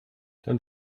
dann